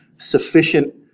sufficient